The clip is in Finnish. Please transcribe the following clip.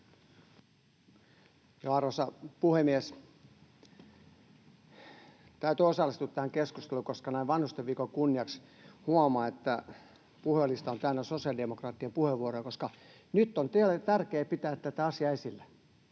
Arvoisa puhemies! Täytyy osallistua tähän keskusteluun, koska näin Vanhustenviikon kunniaksi huomaa, että puhujalista on täynnä sosiaalidemokraattien puheenvuoroja. Nyt on teille tärkeää pitää tätä asiaa esillä,